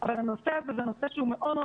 אבל כל ההיבט הזה של מניעת אלימות נגזר